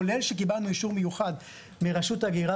כולל שקיבלנו אישור מיוחד מרשות ההגירה